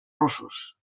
russos